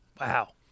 Wow